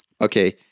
Okay